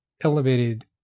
elevated